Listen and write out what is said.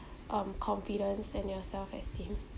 um confidence and your self esteem